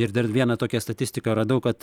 ir dar vieną tokią statistiką radau kad